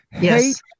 Yes